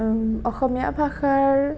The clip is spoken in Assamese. অসমীয়া ভাষাৰ